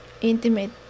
intimate